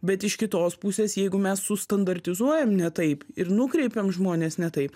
bet iš kitos pusės jeigu mes sustandartizuojam ne taip ir nukreipiam žmones ne taip